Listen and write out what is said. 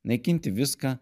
naikinti viską